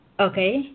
Okay